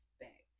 expect